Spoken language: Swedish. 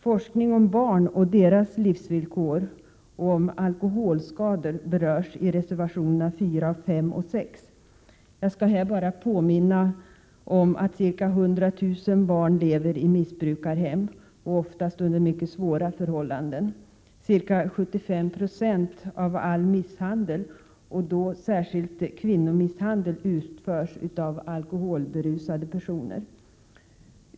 Forskning om barn och deras livsvillkor och om alkoholskador berörs i reservationerna 4, 5 och 6. Jag skall här bara påminna om att ca 100 000 barn lever i missbrukarhem, oftast under mycket svåra förhållanden. Ca 75 96 av all misshandel, särskilt kvinnomisshandel, utförs av alkoholberusade personer.